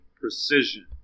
precision